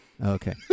Okay